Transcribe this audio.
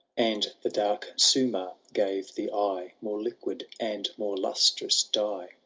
and the dark sumah gave the eye more liquid and more lustrdhs dye.